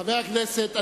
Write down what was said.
חבר הכנסת,